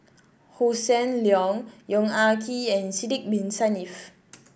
Hossan Leong Yong Ah Kee and Sidek Bin Saniff